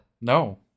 No